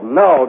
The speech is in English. no